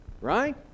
right